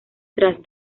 tras